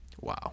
wow